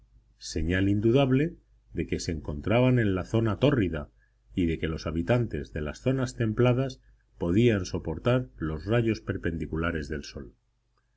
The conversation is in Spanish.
señal indudable de que se encontraban en la zona tórrida y de que los habitantes de las zonas templadas podían soportar los rayos perpendiculares del sol